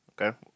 Okay